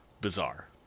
bizarre